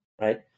right